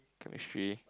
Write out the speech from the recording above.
Chemistry